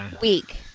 week